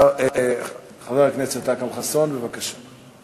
חבר הכנסת אכרם חסון, בבקשה.